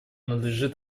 надлежит